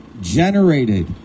generated